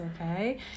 okay